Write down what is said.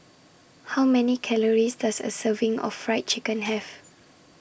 How Many Calories Does A Serving of Fried Chicken Have